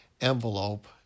envelope